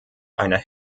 einer